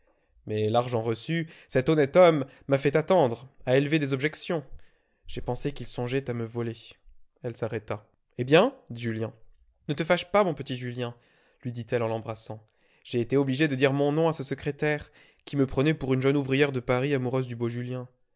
mais l'argent reçu cet honnête homme m'a fait attendre a élevé des objections j'ai pensé qu'il songeait à me voler elle s'arrêta eh bien dit julien ne te fâche pas mon petit julien lui dit-elle en l'embrassant j'ai été obligée de dire mon nom à ce secrétaire qui me prenait pour une jeune ouvrière de paris amoureuse du beau julien